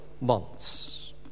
months